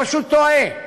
פשוט טועה.